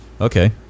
Okay